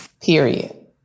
period